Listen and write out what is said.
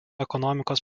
ekonomikos